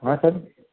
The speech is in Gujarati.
હા સર